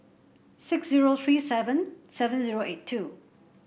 six zero three seven seven zero eight two